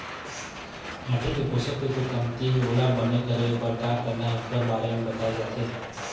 माटी म पोसक तत्व कमती हे त ओला बने करे बर का करना हे ओखर बारे म बताए जाथे